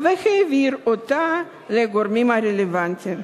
והעביר אותה לגורמים הרלוונטיים.